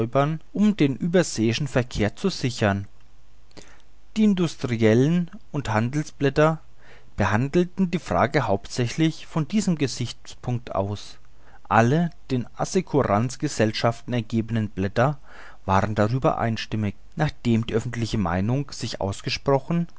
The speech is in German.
um den überseeischen verkehr zu sichern die industriellen und handelsblätter behandelten die frage hauptsächlich von diesem gesichtspunkt aus alle den assecuranz gesellschaften ergebenen blätter waren darüber einstimmig nachdem die öffentliche meinung sich ausgesprochen